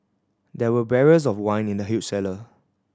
there were barrels of wine in the huge cellar